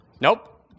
Nope